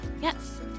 Yes